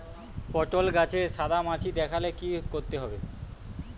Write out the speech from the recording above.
পটলে গাছে সাদা মাছি দেখালে কি করতে হবে?